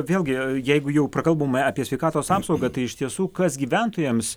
vėlgi jeigu jau prakalbome apie sveikatos apsaugą tai iš tiesų kas gyventojams